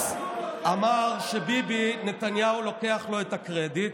אמר שביבי נתניהו לוקח לו את הקרדיט?